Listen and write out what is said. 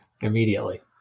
Immediately